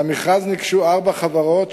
למכרז ניגשו ארבע חברות.